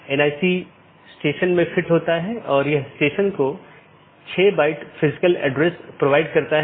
packet IBGP साथियों के बीच फॉरवर्ड होने के लिए एक IBGP जानकार मार्गों का उपयोग करता है